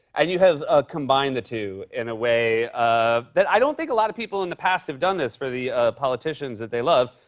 and you have ah combined the two in a way ah i don't think a lot of people in the past have done this for the politicians that they love.